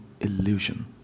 illusion